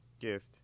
gift